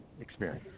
experience